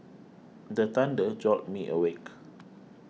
the thunder jolt me awake